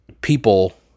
people